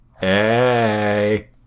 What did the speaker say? hey